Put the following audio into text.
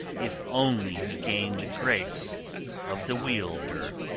if only he gain the grace of the wielder!